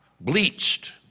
bleached